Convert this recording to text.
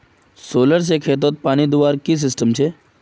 Solar से खेतोत पानी दुबार की सिस्टम छे?